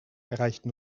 erreichten